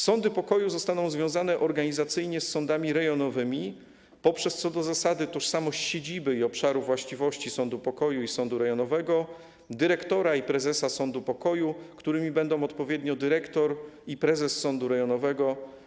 Sądy pokoju zostaną związane organizacyjnie z sądami rejonowymi poprzez, co do zasady, tożsamość siedziby i obszaru właściwości sądu pokoju i sądu rejonowego, dyrektora i prezesa sądu pokoju, którymi będą odpowiednio dyrektor i prezes sądu rejonowego.